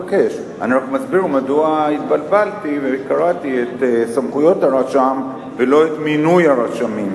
מדוע התבלבלתי וקראתי את סמכויות הרשם ולא את מינוי הרשמים,